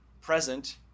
present